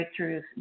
breakthroughs